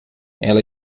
ela